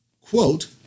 Quote